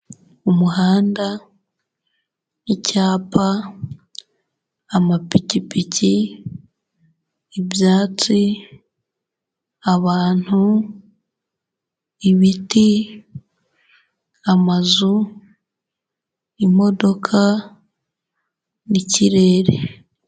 Umuhanda, icyapa, amapikipiki, ibyatsi, abantu, ibiti, amazu, imodoka n'ikirere.